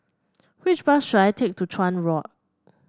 which bus should I take to Chuan Walk